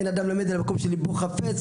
אין אדם למד אלא במקום שליבו חפץ,